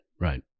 Right